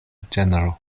ĝenro